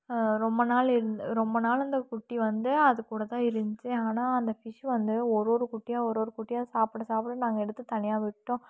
ரொம்ப நாள் இருந் ரொம்ப நாள் அந்த குட்டி வந்து அதுக்கூட தான் இருந்துச்சு ஆனால் அந்த ஃபிஷ் வந்து ஒரு ஒரு குட்டியாக ஒரு ஒரு குட்டியாக சாப்பிட சாப்பிட நாங்கள் எடுத்து தனியாக விட்டுவிட்டோம்